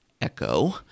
echo